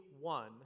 one